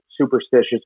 superstitious